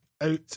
out